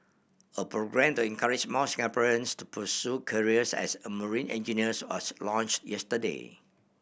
a programme to encourage more Singaporeans to pursue careers as a marine engineers was launched yesterday